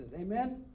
Amen